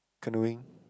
canoeing